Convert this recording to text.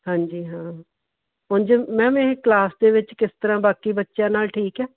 ਹਾਂਜੀ ਹਾਂ ਉਂਝ ਮੈਮ ਇਹ ਕਲਾਸ ਦੇ ਵਿੱਚ ਕਿਸ ਤਰ੍ਹਾਂ ਬਾਕੀ ਬੱਚਿਆਂ ਨਾਲ ਠੀਕ ਹੈ